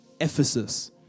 Ephesus